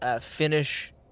finish